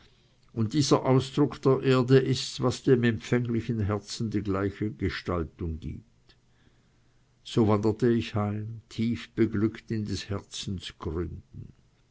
und dieser ausdruck der erde ist's was dem empfänglichen herzen die gleiche gestaltung gibt so wanderte ich heim tief beglückt in des herzens gründen